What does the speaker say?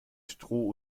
stroh